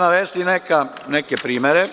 Navešću neke primere